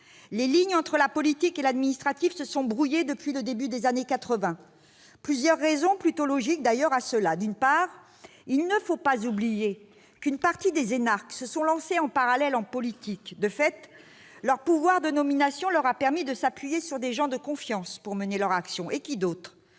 les lignes entre le politique et l'administratif se sont brouillées depuis le début des années quatre-vingt. Il y a plusieurs raisons à cela, plutôt logiques d'ailleurs. D'une part, il ne faut pas oublier qu'une partie des énarques se sont lancés en parallèle en politique. De fait, leur pouvoir de nomination leur a permis de s'appuyer sur des gens de confiance pour mener leur action. Et qui d'autre